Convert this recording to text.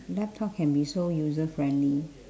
laptop can be so user friendly